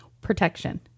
protection